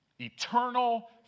Eternal